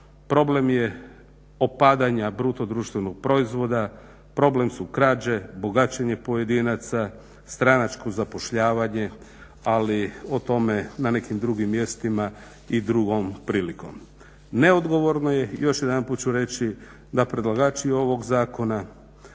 problem je opadanja bruto društvenog proizvoda, problem su krađe, bogaćenje pojedinaca, stranačko zapošljavanje ali o tome na nekim drugim mjestima i drugom prilikom. Neodgovorno je i još jedanput ću reći da predlagači ovog zakona